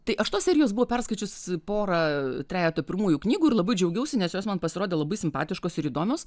tai aš tos serijos buvo perskaičius porą trejetą pirmųjų knygų ir labai džiaugiausi nes jos man pasirodė labai simpatiškos ir įdomios